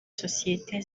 sosiyete